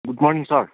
good morning sir